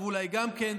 ועכשיו אולי גם כן.